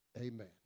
Amen